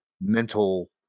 mental